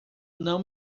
não